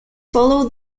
follow